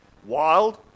wild